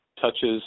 touches